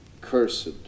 cursed